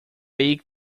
big